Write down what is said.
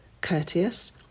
courteous